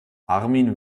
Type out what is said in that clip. armin